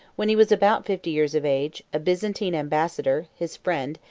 when he was about fifty years of age, a byzantine ambassador, his friend,